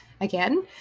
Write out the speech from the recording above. again